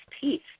Peace